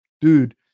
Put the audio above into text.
dude